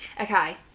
Okay